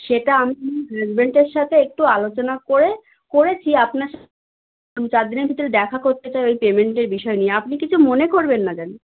সেটা আমি হাজবেন্ডের সাথে একটু আলোচনা করে করেছি আপনার সাথে দু চার দিনের ভিতরে দেখা করতে চাই ওই পেমেন্টের বিষয় নিয়ে আপনি কিছু মনে করবেন না যেন